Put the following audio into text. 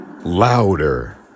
louder